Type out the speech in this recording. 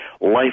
life